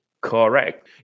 Correct